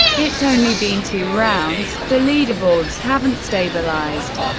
it's only been two rounds, the leaderboards haven't stabilized.